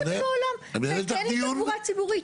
תן לי תחבורה ציבורית.